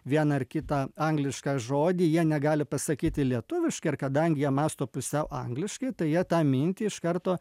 vieną ar kitą anglišką žodį jie negali pasakyti lietuviškai ir kadangi jie mąsto pusiau angliškai tai jie tą mintį iš karto